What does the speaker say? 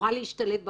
ותוכל להשתלב בחברה.